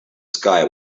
sky